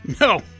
No